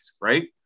right